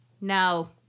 No